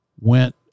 went